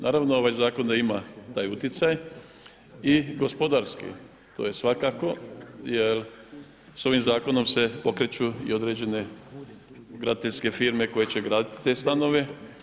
Naravno ovaj zakon da ima taj utjecaj i gospodarski, to je svakako jer s ovim zakonom se pokreću i određene graditeljske firme koje će graditi te stanove.